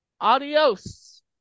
adios